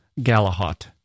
Galahot